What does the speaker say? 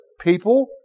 people